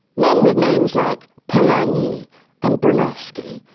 men with names like polanyi and bronowski,